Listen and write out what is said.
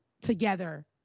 together